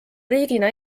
riigina